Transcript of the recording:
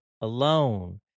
alone